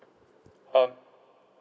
uh